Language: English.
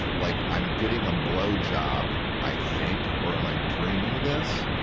like i'm getting a blowjob, i think, or am i dreaming this?